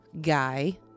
guy